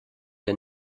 der